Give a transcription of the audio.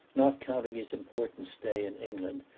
not counting his important stay in england,